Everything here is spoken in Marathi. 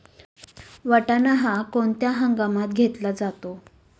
वाटाणा हा कोणत्या हंगामात घेतला जातो?